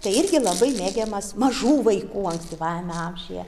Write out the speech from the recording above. tai irgi labai mėgiamas mažų vaikų ankstyvajame amžiuje